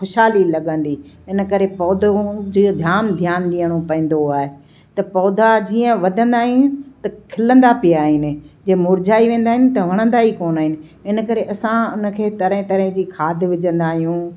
ख़ुशहाली लॻंदी इन करे पौधनि जो जामु ध्यानु ॾियणो पवंदो आहे त पौधा जीअं वधंदा आहिनि त खिलंदा पिया आहिनि जे मुरझाई वेंदा आहिनि त वणंदा ई कोन आहिनि इन करे असां उन खे तरह तरह जी खाद विझंदा आहियूं